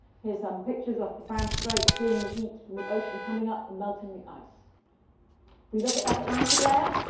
here's some pictures off the fram strait, seeing the heat from the ocean coming up and melting the ice. if we look at that atlantic layer,